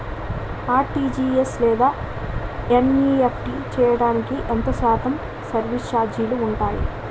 RTGS లేదా NEFT చేయడానికి ఎంత శాతం సర్విస్ ఛార్జీలు ఉంటాయి?